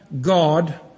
God